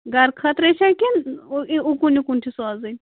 گرٕ خٲطرٕ چھا کِنہٕ اوٚکُن یِکُن چھِ سوزٕنۍ